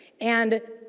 and,